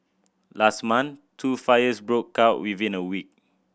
last month two fires broke out within a week